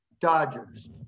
dodgers